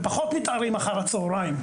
הם פחות מתערים אחר הצוהריים.